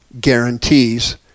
guarantees